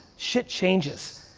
shit changes.